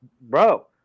Bro